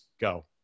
Go